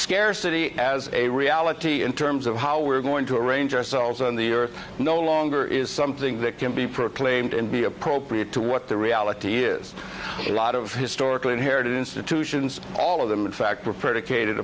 scarcity as a reality in terms of how we're going to arrange ourselves on the earth no longer is something that can be proclaimed and be appropriate to what the reality is a lot of historically inherited institutions all of them in fact are